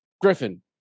Griffin